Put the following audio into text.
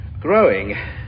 growing